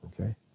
Okay